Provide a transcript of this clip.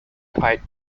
quite